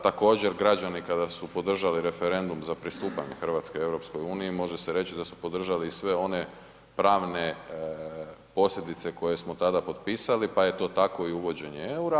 Također građani kada su podržali referendum za pristupanje Hrvatske EU može se reći da su podržali i sve one pravne posljedice koje smo tada potpisali, pa je to tako i uvođenje EUR-a.